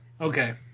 Okay